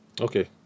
okay